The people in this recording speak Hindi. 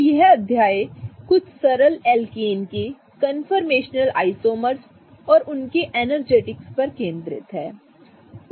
तो यह अध्याय कुछ सरल एल्केन के कन्फॉर्मेशनल आइसोमर्स और उनके एनर्जेटिक्स पर केंद्रित है